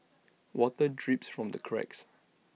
water drips from the cracks